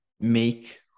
make